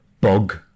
bug